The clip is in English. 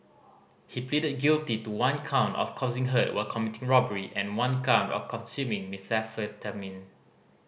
he pleaded guilty to one count of causing hurt while committing robbery and one count of consuming methamphetamine